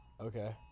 Okay